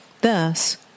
Thus